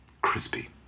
crispy